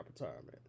retirement